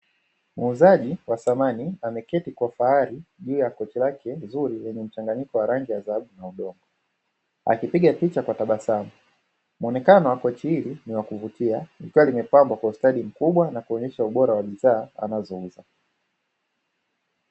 Muuzaji wa samani ameketi kwa ufahari juu ya kochi lake zuri lenye mchanganyiko wa rangi ya dhahabu na udongo, akipiga picha kwa tabasamu. Muonekano wa kochi hili ni wa kuvutia, likiwa limepambwa kwa ustadi mkubwa na kuonyesha ubora wa bidhaa anazouza.